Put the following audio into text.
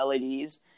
LEDs